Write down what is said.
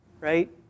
Right